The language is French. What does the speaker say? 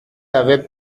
avait